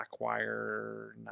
Blackwire